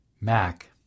Mac